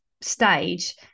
stage